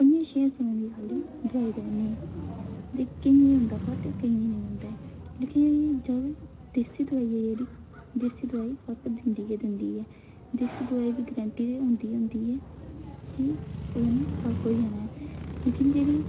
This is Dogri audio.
पंजे छें सवें दी जेहड़ी दवाई देनी ही लेकिन देसी दोआई ऐ जेह्ड़ी देसी दोआई देसी दोआई दी गरैंटी ते होंदी गै होंदी ऐ कि ओह्दे नै फर्क होई जाना ऐ लेकिन जेह्ड़ी